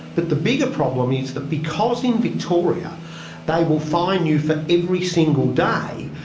but the bigger problem is that because in victoria they will fine you for every single day,